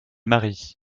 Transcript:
mari